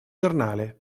giornale